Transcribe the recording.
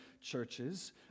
churches